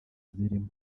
zirimo